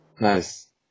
Nice